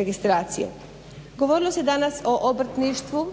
registracije. Govorilo se danas o obrtništvu,